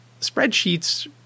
spreadsheets